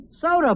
Soda